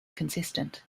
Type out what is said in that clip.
consistent